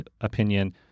opinion